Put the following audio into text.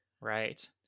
right